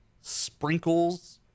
sprinkles